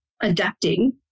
adapting